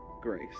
grace